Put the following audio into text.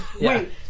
Wait